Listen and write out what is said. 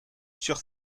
sur